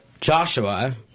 Joshua